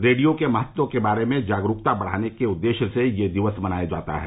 radio के महत्व के बारे में जागरूकता बढ़ाने के उद्देश्य से यह दिवस मनाया जाता है